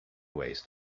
ways